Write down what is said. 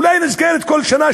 אולי היא נזכרת כל שנה,